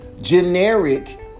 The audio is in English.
generic